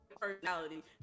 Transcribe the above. personality